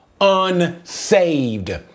Unsaved